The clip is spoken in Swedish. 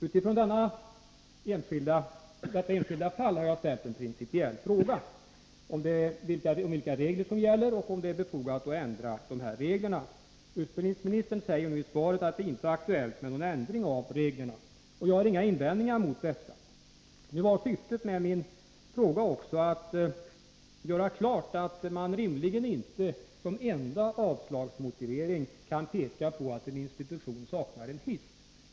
Med utgångspunkt i detta enskilda fall har jag ställt en principiell fråga om vilka regler som gäller och om det är befogat att ändra reglerna. Utbildningsministern säger i svaret att det inte är aktuellt med någon ändring av reglerna. Jag har inga invändningar mot detta. Nu var syftet med min fråga också att göra klart att man rimligen inte som enda avslagsmotivering kan anföra att en institution saknar en hiss.